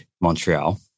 Montreal